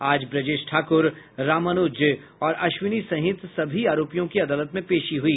आज ब्रजेश ठाकुर रामानुज और अश्विनी सहित सभी आरोपियों की अदालत में पेशी हुई